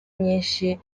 myinshi